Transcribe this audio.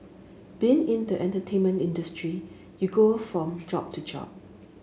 being in the entertainment industry you go from job to job